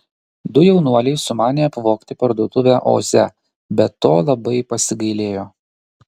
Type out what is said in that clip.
du jaunuoliai sumanė apvogti parduotuvę oze bet to labai pasigailėjo